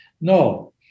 No